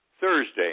Thursday